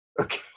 Okay